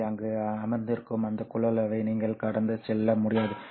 எனவே அங்கு அமர்ந்திருக்கும் அந்த கொள்ளளவை நீங்கள் கடந்து செல்ல முடியாது